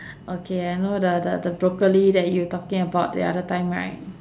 okay I know the the the broccoli that you talking about the other time right